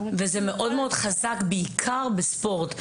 זה מאוד חזק בעיקר בספורט,